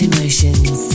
Emotions